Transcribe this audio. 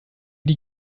die